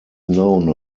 known